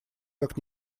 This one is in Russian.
как